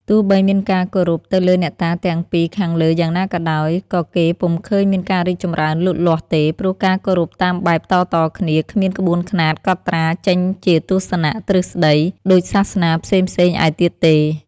ទោះបីមានការគោរពទៅលើអ្នកតាទាំងពីរខាងលើយ៉ាងណាក៏ដោយ ក៏គេពុំឃើញមានការរីកចម្រើនលូតលាស់ទេ ព្រោះការគោរពតាមបែបតៗគ្នា គ្មានក្បួនខ្នាតកត់ត្រារចេញជាទស្សនៈ ទ្រឹស្តី ដូចសាសនាផ្សេងៗឯទៀតទេ។